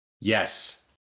Yes